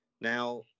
now